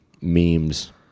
memes